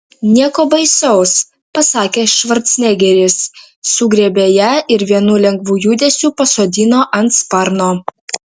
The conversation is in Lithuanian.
nieko baisaus pasakė švarcnegeris sugriebė ją ir vienu lengvu judesiu pasodino ant sparno